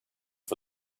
for